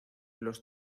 los